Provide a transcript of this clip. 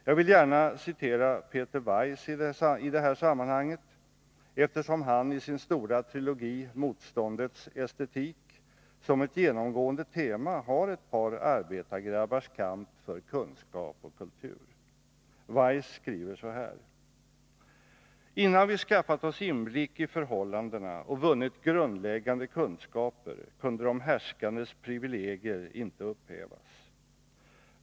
Jag vill gärna citera Peter Weiss i det här sammanhanget, eftersom han i sin stora trilogi Motståndets estetik som ett genomgående tema har ett par arbetargrabbars kamp för kunskap och kultur. Weiss skriver så här: ”Innan vi skaffat oss inblick i förhållandena och vunnit grundläggande kunskaper, kunde de härskandes privilegier inte upphävas.